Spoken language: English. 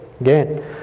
Again